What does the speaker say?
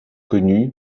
connu